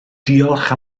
diolch